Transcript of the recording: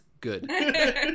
good